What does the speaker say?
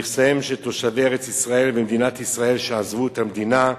נכסיהם של תושבי ארץ-ישראל במדינת ישראל שעזבו את המדינה,